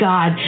God